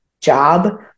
job